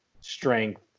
strength